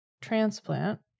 transplant